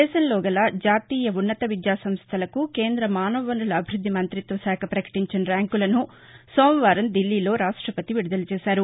దేశంలోగల జాతీయ ఉన్నత విద్యా సంస్లలకు కేంద్ర మానవ వనరుల అభివృద్ది మంతిత్వశాఖ ప్రకటించిన ర్యాంకులను సోమవారం దిల్లీలో రాష్టపతి విదుదల చేశారు